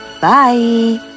Bye